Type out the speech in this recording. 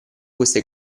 queste